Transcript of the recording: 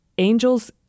Angels